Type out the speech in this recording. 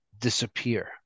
disappear